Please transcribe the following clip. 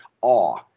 awe